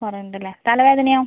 കുറവ് ഉണ്ടല്ലേ തലവേദനയോ